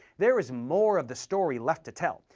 there is more of the story left to tell,